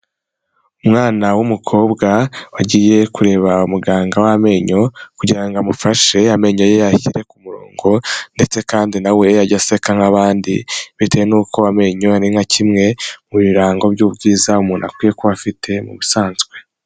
Umwana w'umukobwa wagiye kureba muganga w'amenyo kugira ngo amufashe amenyo ye ayashyire ku murongo ndetse kandi nawe age aseka nk'abandi bitewe n'uko amenyo ari nka kimwe mu birango by'ubwiza umuntu akwiye kuba afite mu busanzwe.